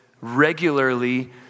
regularly